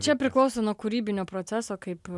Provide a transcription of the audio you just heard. čia priklauso nuo kūrybinio proceso kaip